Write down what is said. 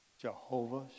Jehovah